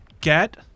Get